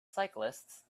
cyclists